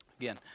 again